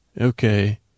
Okay